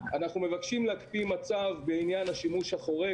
אנחנו מבקשים להקפיא מצב בעניין השימוש החורג